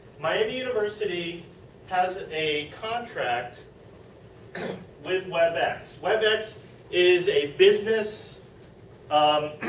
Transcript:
miami university has a contract with webex. webex is a business um